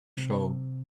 show